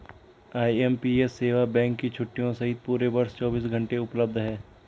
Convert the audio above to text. IMPS सेवा bank की छुट्टियों सहित पूरे वर्ष चौबीस घंटे उपलब्ध है